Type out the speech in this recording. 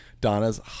Donna's